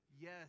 Yes